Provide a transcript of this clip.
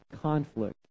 conflict